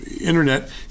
internet